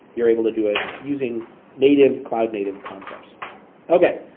you're able to do it using native cloud native concepts okay,